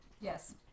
Yes